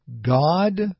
God